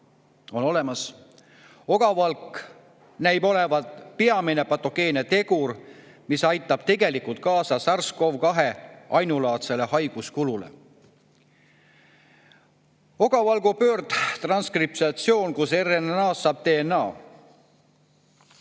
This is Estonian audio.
on olemas. Ogavalk näib olevat peamine patogeenne tegur, mis aitab tegelikult kaasa SARS-CoV-2 ainulaadsele haiguskulule. Ogavalgu pöördtranskriptsioon, kus RNA‑st saab DNA.